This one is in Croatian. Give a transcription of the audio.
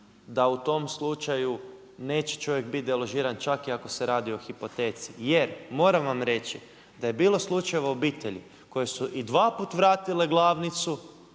da u tom slučaju neće čovjek biti deložiran čak i ako se radi o hipoteci jer moram vam reći da je bilo slučajeva obitelji koje su i dva put vratile glavnicu,